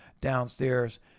downstairs